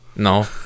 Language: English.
No